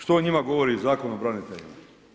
Što o njima govori Zakon o braniteljima?